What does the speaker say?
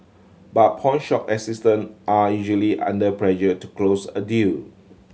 but pawnshop assistant are usually under pressure to close a deal